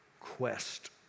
quest